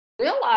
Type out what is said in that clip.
realize